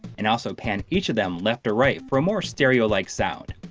and also pan each of them left or right for a more stereo-like sound.